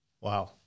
Wow